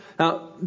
Now